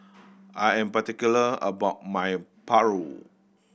I am particular about my paru